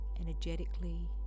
energetically